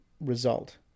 result